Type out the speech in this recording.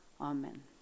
amen